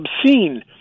obscene